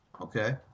okay